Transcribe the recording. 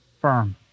firm